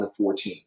2014